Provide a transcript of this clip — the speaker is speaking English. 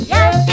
Yes